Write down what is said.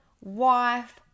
wife